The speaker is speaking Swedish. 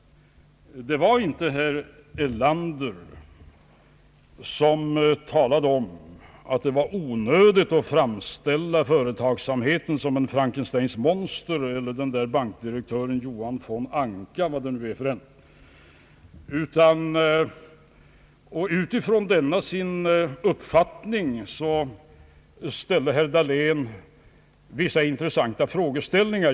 Det var inte herr Erlander som talade om att det var onödigt att framställa företagsamheten som = ett Frankensteins monster eller som bankiren Joakim von Anka, vad det nu är för en.